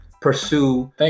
pursue